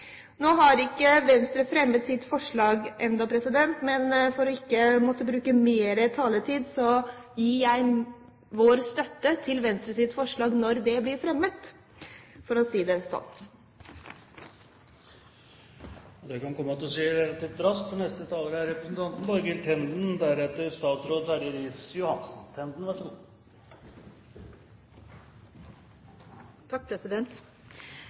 Nå har ikke Venstre fremmet sitt forslag ennå, men for ikke å måtte bruke mer taletid, gir jeg vår støtte til Venstres forslag når det blir fremmet, for å si det slik. Det kan komme til å skje relativt raskt, for neste taler er representanten Borghild Tenden.